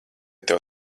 tev